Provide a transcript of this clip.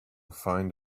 find